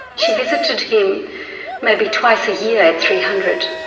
she visited him maybe twice a year at three hundred